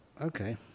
okay